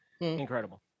Incredible